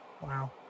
Wow